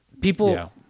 people